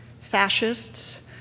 fascists